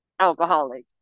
alcoholic